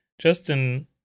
Justin